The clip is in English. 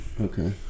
Okay